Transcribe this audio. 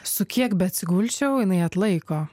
su kiek beatsigulčiau jinai atlaiko